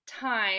time